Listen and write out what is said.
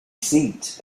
seat